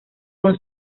con